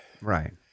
Right